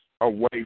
away